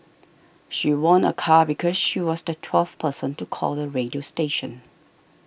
she won a car because she was the twelfth person to call the radio station